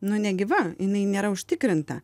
nu negyva jinai nėra užtikrinta